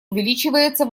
увеличивается